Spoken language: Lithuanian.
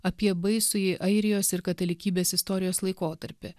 apie baisųjį airijos ir katalikybės istorijos laikotarpį